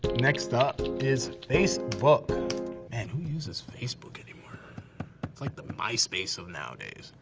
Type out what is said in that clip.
next up is facebook. man, who uses facebook anymore? it's like the myspace of nowadays.